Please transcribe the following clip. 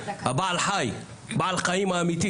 בעל החיים האמיתי,